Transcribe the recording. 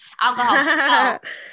alcohol